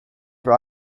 for